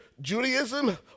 Judaism